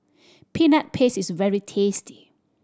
Peanut Paste is very tasty